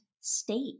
state